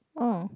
oh